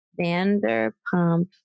Vanderpump